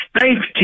Safety